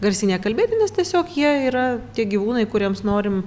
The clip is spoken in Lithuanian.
garsiai nekalbėti nes tiesiog jie yra tie gyvūnai kuriems norim